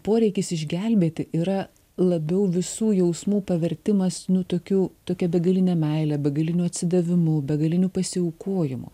poreikis išgelbėti yra labiau visų jausmų pavertimas nu tokiu tokia begaline meile begaliniu atsidavimu begaliniu pasiaukojimu